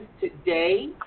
today